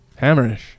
hammerish